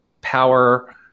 power